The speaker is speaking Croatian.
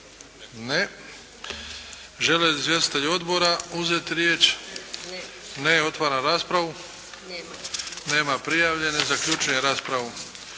Ne. Žele li izvjestitelji odbora uzeti riječ? Ne. Otvaram raspravu. Nema prijavljenih. Zaključujem raspravu.